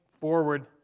forward